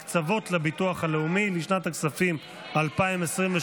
הקצבות לביטוח הלאומי, לשנת הכספים 2023,